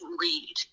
read